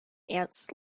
ants